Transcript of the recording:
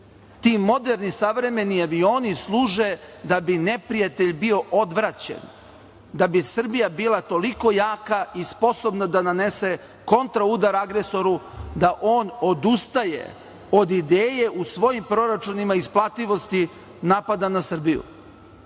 Ti moderni savremeni avioni služe da bi neprijatelj bio odvraćen, da bi Srbija bila toliko jaka i sposobna da nanese kontra udar agresoru da on odustaje od ideje u svojim proračunima isplativosti napada na Srbiju. Pošto